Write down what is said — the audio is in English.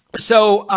so,